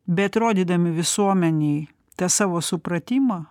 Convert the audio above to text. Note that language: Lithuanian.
bet rodydami visuomenei tą savo supratimą